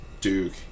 Duke